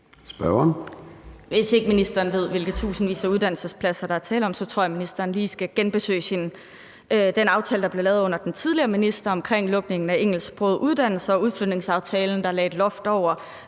Hvis ikke ministeren ved, hvilke tusindvis af uddannelsespladser der er tale om, så tror jeg, ministeren lige skal genbesøge den aftale, der blev lavet under den tidligere minister omkring lukningen af engelsksprogede uddannelser, og udflytningsaftalen, der lagde et loft over